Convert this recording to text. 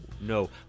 no